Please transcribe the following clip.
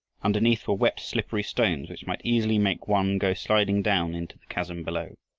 underneath were wet, slippery stones which might easily make one go sliding down into the chasm below.